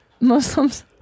Muslims